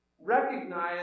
recognize